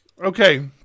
Okay